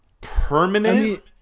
Permanent